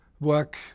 work